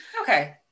Okay